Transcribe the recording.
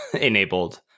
enabled